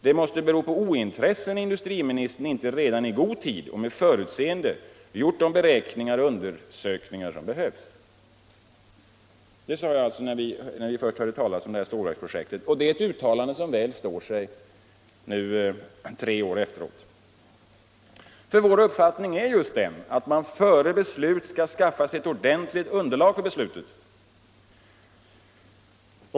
Det måste bero på ointresse när industriministern inte redan i god tid och med förutseende gjort de beräkningar och undersökningar som behövs. Det sade jag alltså när ni först talade om det här stålverksprojektet, och det är ett uttalande som väl står sig tre år efteråt. För vår uppfattning är just den att man före beslut skall skaffa sig ett ordentligt underlag för beslutet.